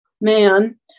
man